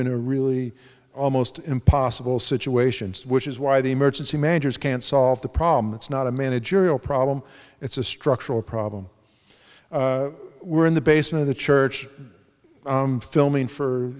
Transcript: in a really almost impossible situations which is why the emergency managers can't solve the problem it's not a managerial problem it's a structural problem we're in the basement of the church filming for